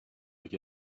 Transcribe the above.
like